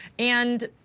and,